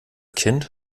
kind